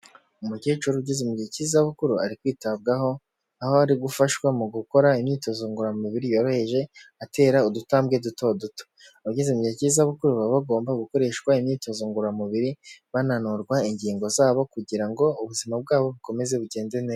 Umukecuru ugeze mu gihe cy'izabukuru ari kwitabwaho, aho ari gufashwa mu gukora imyitozo ngororamubiri yoroheje atera udutambwe duto duto, abageze mu gihe cy'izabukuru baba bagomba gukoreshwa imyitozo ngororamubiri bananurwa ingingo zabo kugira ngo ubuzima bwabo bukomeze bugende neza.